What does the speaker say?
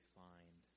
find